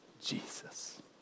Jesus